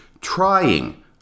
trying